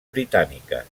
britàniques